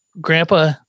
Grandpa